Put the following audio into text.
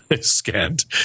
scant